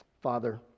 Father